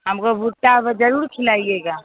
हमको भुट्टा ब ज़रूर खिलाइएगा